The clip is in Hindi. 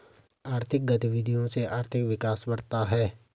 आर्थिक गतविधियों से आर्थिक विकास बढ़ता है